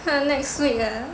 看 next week ah